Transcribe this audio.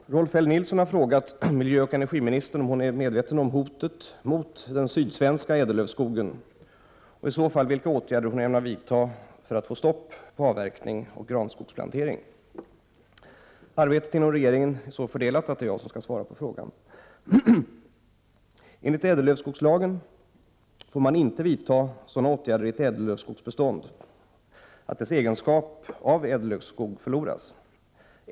Herr talman! Rolf L Nilson har frågat miljöoch energiministern om hon är medveten om hotet mot den sydsvenska ädellövskogen, och i så fall vilka åtgärder hon tänker vidta för att få stopp på avverkning och granskogsplantering. Arbetet inom regeringen är så fördelat att det är jag som skall svara på frågan. ” Enligt ädellövskogslagen får man inte vidta sådana åtgärder i ett ädellövskogsbestånd att dess egenskap av ädellövskog förloras.